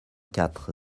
quatre